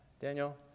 Daniel